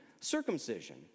circumcision